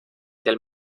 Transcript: del